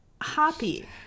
Happy